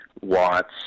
watts